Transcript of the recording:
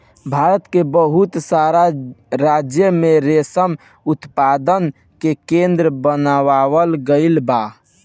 भारत के बहुत सारा राज्य में रेशम उत्पादन के केंद्र बनावल गईल बा